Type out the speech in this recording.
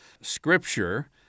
Scripture